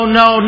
no